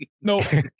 No